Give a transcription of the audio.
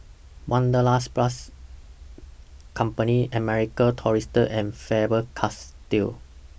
Wanderlust Plus Company American Tourister and Faber Castell